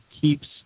keeps